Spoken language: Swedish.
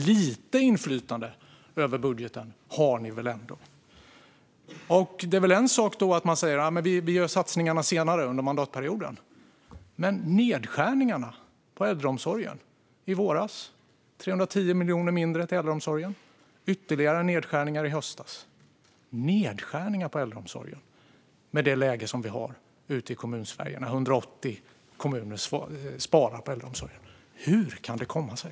Lite inflytande över budgeten har ni väl ändå, Eva Lindh? Det är en sak att säga att man ska göra satsningarna senare under mandatperioden, men man gjorde nedskärningar med 310 miljoner i våras inom äldreomsorgen och ytterligare nedskärningar i höstas. Nedskärningar på äldreomsorgen med det läge som vi har ute i Kommunsverige, där 180 kommuner sparar på äldreomsorgen - hur kan det komma sig?